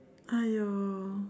!aiyo!